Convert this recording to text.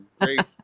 great